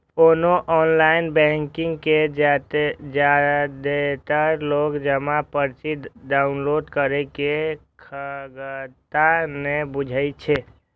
ओना online banking मे जादेतर लोक जमा पर्ची डॉउनलोड करै के खगता नै बुझै छै